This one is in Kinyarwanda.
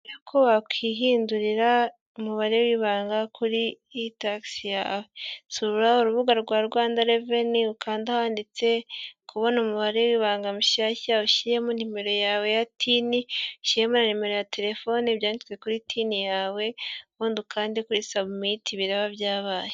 Uko wakwihindurira umubare w'ibanga ,kuri itaxe yawe ,sura urubuga rwa Rwanda revenu ukande ahanditse kubona umubare w'ibanga mushyashya, ushyiramo numero yawe ya tini, ushyiramo nimero ya telefone byanditswe kuri tini yawe, ubundi ukande sabumeti biraba byabaye.